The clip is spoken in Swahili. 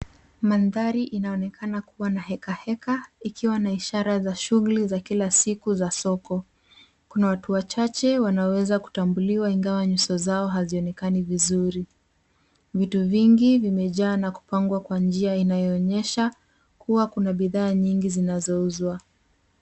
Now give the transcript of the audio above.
Mandhari inaonekana kuwa na heka heka, ikiwa na ishara ya shughuli za kila siku za soko. Kuna watu wachache wanaoweza kutambuliwa ingawa nyuso zao hazionekani vizuri. Vitu vingi vimejaa na kupangwa kwa njia inayoonyesha kuwa kuna bidhaa nyingi zinazouzwa.